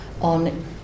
on